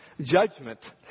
judgment